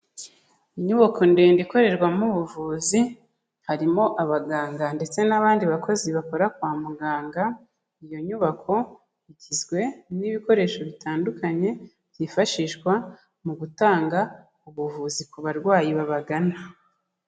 Inyubako ndende ikorerwamo ubuvuzi, harimo abaganga ndetse n'abandi bakozi bakora kwa muganga, iyo nyubako igizwe n'ibikoresho bitandukanye byifashishwa mu gutanga ubuvuzi ku barwayi babagana.